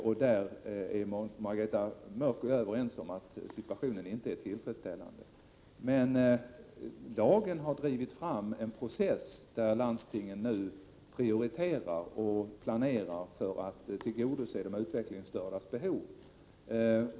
Margareta Mörck och jag är överens om att situationen inte är tillfredsställande. Men lagen har drivit fram en process, där landstingen nu prioriterar och planerar för att tillgodose de utvecklingsstördas behov.